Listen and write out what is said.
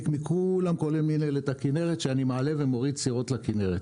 כולל מינהלת הכנרת שאני מעלה ומוריד סירות לכנרת.